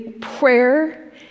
prayer